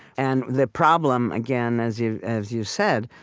and the problem, again, as you've as you've said,